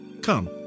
Come